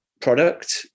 product